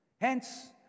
Hence